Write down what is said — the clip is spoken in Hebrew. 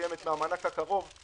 סעיף (2) בחוק הזה הוא בעצם סעיף סל,